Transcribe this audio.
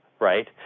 Right